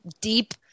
deep